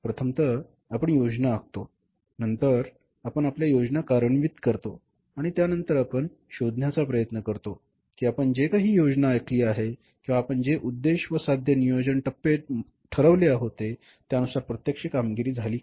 प्रथमतः आपण योजना आखतो नंतर आपण आपल्या योजना कार्यान्वित करतो आणि त्यानंतर आपण शोधण्याचा प्रयत्न करतो की आपण जे काही योजना आखली होती किंवा आपण जे उद्देश व साध्य नियोजन टप्प्या मध्ये ठरवले होते त्यानुसार प्रत्यक्ष कामगिरी झाली का